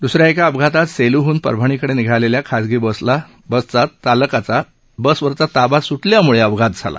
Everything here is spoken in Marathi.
द्रसऱ्या एका अपघातात सेलूहन परभणीकडे निघालेल्या खाजगी बसला चालकाचा बसवरचा ताबा सुटल्यामुळे अपघात झाला